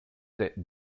that